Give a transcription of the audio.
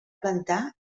plantar